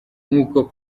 nk’uko